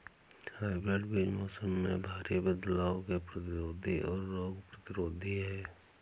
hybrid बीज मौसम में भारी बदलाव के प्रतिरोधी और रोग प्रतिरोधी हैं